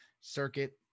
circuit